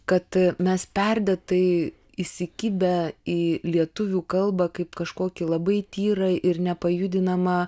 kad mes perdėtai įsikibę į lietuvių kalbą kaip kažkokį labai tyrą ir nepajudinamą